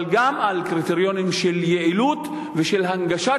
אבל גם על קריטריונים של יעילות ושל הנגשת